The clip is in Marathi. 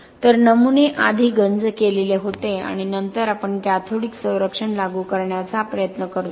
तर नमुने आधी गंज केलेले होते आणि नंतर आपण कॅथोडिक संरक्षण लागू करण्याचा प्रयत्न करतो